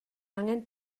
angen